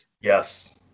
Yes